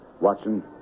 Watson